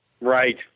Right